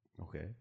Okay